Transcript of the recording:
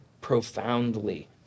profoundly